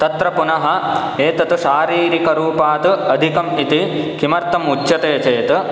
तत्र पुनः एतत् शारीरिकरूपात् अधिकम् इति किमर्थम् उच्यते चेत्